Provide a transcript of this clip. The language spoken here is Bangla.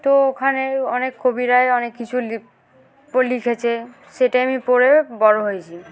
তো ওখানে অনেক কবিরাই অনেক কিছু লি লিখেছে সেটাই আমি পড়ে বড় হয়েছি